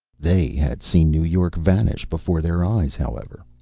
they had seen new york vanish before their eyes, however.